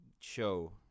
show